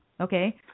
okay